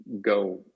go